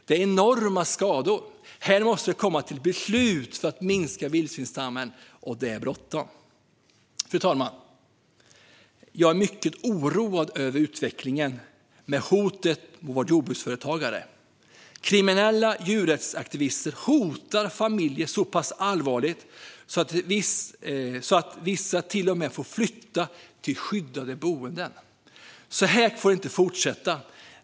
Det är enorma skador. Det måste komma till beslut för att minska vildsvinsstammen, och det är bråttom. Fru talman! Jag är mycket oroad över utvecklingen med hoten mot jordbruksföretagare. Kriminella djurrättsaktivister hotar familjer så pass allvarligt att vissa till och med får flytta till skyddade boenden. Så här får det inte fortsätta.